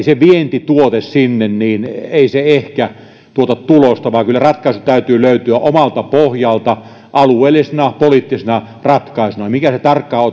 se vientituote sinne ehkä tuota tulosta vaan kyllä ratkaisun täytyy löytyä omalta pohjalta alueellisena poliittisena ratkaisuna se mikä se tarkkaan